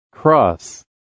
Cross